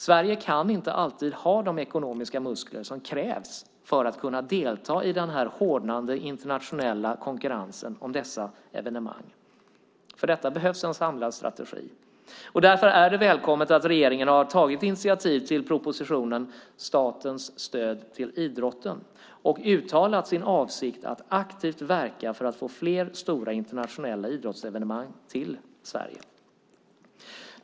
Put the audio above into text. Sverige kan inte alltid ha de ekonomiska muskler som krävs för att kunna delta i den hårdnande internationella konkurrensen om dessa evenemang. För detta behövs en samlad strategi. Därför är det välkommet att regeringen har tagit initiativ till propositionen Statens stöd till idrotten och uttalat sin avsikt att aktivt verka för att få fler stora internationella idrottsevenemang till Sverige.